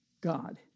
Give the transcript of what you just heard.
God